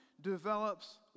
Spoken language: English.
develops